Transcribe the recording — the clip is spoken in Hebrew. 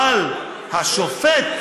אבל השופט,